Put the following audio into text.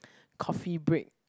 coffee break